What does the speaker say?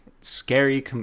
scary